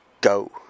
Go